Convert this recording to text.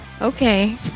Okay